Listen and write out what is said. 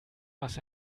was